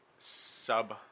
Sub